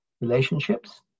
relationships